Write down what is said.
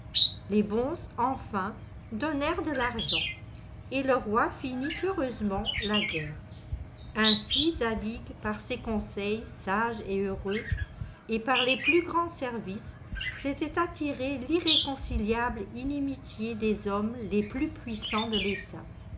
les bonzes enfin donnèrent de l'argent et le roi finit heureusement la guerre ainsi zadig par ses conseils sages et heureux et par les plus grands services s'était attiré l'irréconciliable inimitié des hommes les plus puissants de l'état